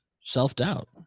self-doubt